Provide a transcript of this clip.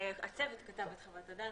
הצוות כתב את חוות הדעת,